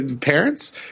parents